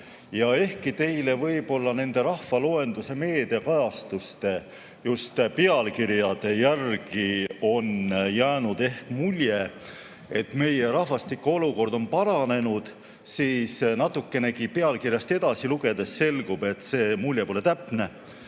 Ja ehkki teile võib-olla rahvaloenduse meediakajastuste, just pealkirjade põhjal on ehk jäänud mulje, et meie rahvastikuolukord on paranenud, siis natukenegi pealkirjast edasi lugedes selgub, et see mulje pole [õige].